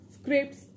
scripts